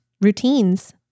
routines